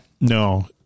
No